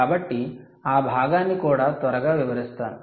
కాబట్టి ఆ భాగాన్ని కూడా త్వరగా వివరిస్తాను